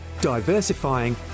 diversifying